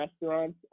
restaurants